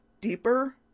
deeper